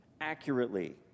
accurately